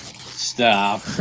Stop